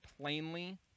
plainly